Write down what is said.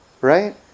right